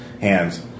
hands